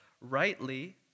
rightly